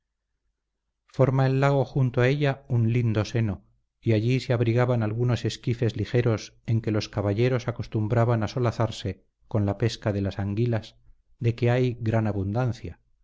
forma el lago junto a ella un lindo seno y allí se abrigaban algunos esquifes ligeros en que los caballeros acostumbraban a solazarse con la pesca de las anguilas de que hay gran abundancia